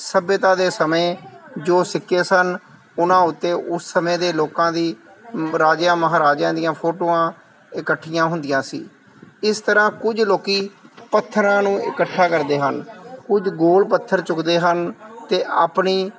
ਸੱਭਿਅਤਾ ਦੇ ਸਮੇਂ ਜੋ ਸਿੱਕੇ ਸਨ ਉਹਨਾਂ ਉੱਤੇ ਉਸ ਸਮੇਂ ਦੇ ਲੋਕਾਂ ਦੀ ਰਾਜਿਆਂ ਮਹਾਰਾਜਿਆਂ ਦੀਆਂ ਫੋਟੋਆਂ ਇਕੱਠੀਆਂ ਹੁੰਦੀਆਂ ਸੀ ਇਸ ਤਰ੍ਹਾਂ ਕੁਝ ਲੋਕੀ ਪੱਥਰਾਂ ਨੂੰ ਇਕੱਠਾ ਕਰਦੇ ਹਨ ਕੁਝ ਗੋਲ ਪੱਥਰ ਚੁੱਕਦੇ ਹਨ ਤੇ ਆਪਣੀ